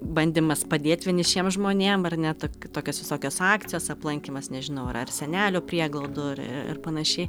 bandymas padėt vienišiem žmonėm ar ne tok tokios visokios akcijos aplankymas nežinau ar ar senelių prieglaudų ar i ir panašiai